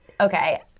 okay